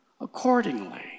accordingly